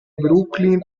brooklyn